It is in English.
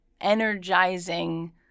energizing